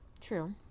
True